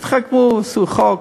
התחכמו, עשו חוק.